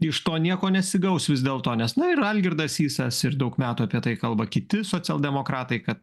iš to nieko nesigaus vis dėlto nes na ir algirdas sysas ir daug metų apie tai kalba kiti socialdemokratai kad